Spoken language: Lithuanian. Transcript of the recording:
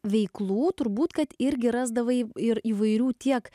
veiklų turbūt kad irgi rasdavai ir įvairių tiek